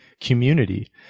community